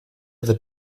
wird